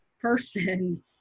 person